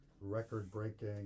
record-breaking